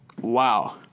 wow